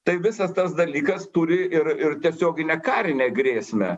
tai visas tas dalykas turi ir ir tiesioginę karinę grėsmę